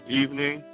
evening